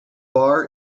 bar